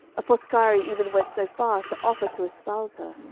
a foscari even went so far as to offer to espouse her.